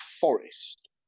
Forest